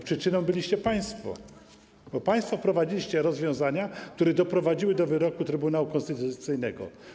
Przyczyną byliście państwo, bo państwo wprowadziliście rozwiązania, które doprowadziły do wyroku Trybunału Konstytucyjnego.